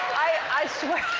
i swear